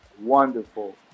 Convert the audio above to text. wonderful